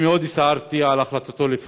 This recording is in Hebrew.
אני מאוד הצטערתי על החלטתו לפרוש,